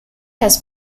has